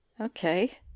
Okay